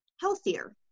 healthier